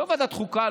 לא ועדת החוקה,